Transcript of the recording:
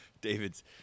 David's